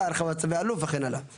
אז מה צפוי לנו באירוע שיכול?